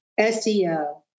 SEO